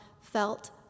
felt